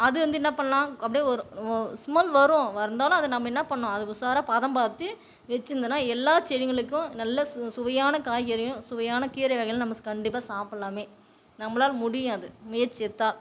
அது வந்து என்ன பண்ணலாம் அப்படியே ஒரு ஸ்மெல் வரும் வந்தாலும் அதை நம்ம என்னா பண்ணணும் அதை உஷாரா பதம் பார்த்து வச்சுருந்தோன்னா எல்லா செடிங்களுக்கும் நல்ல சு சுவையான காய்கறியும் சுவையான கீரை வகைகளும் நம்ம கண்டிப்பாக சாப்பிடலாமே நம்பளால் முடியும் அது முயற்சி எடுத்தால்